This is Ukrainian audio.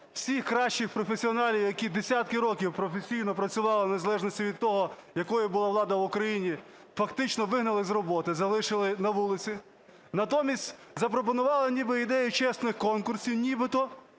Всіх кращих професіоналів, які десятки років професійно працювали в незалежності від того, якою була влада в Україні, фактично вигнали з роботи, залишили на вулиці. Натомість запропонували ідею чесних конкурсів нібито